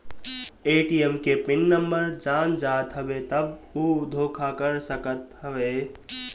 ATM के PIN number जान जात हवे तब उ धोखा कर सकत हवे